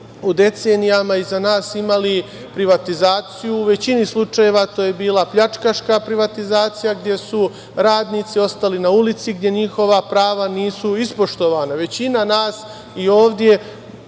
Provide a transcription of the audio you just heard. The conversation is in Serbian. u decenijama iza nas imali privatizaciju. U većini slučajeva to je bila pljačkaška privatizacija gde su radnici ostali na ulici, gde njihova prava nisu ispoštovana. Većina nas ovde